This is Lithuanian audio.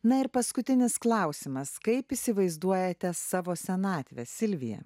na ir paskutinis klausimas kaip įsivaizduojate savo senatvę silvija